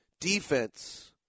defense